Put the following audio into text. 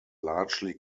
largely